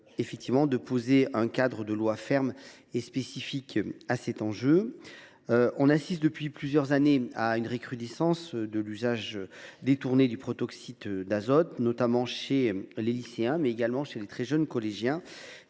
de poser un cadre de loi ferme et spécifique, car nous assistons depuis plusieurs années à une recrudescence de l’usage détourné du protoxyde d’azote, principalement chez les lycéens, mais également chez les très jeunes collégiens,